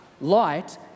Light